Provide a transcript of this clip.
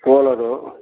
cooler